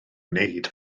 wneud